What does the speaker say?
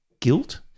guilt